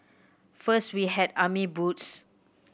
first we had army boots